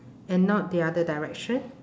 and not the other direction